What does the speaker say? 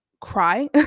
cry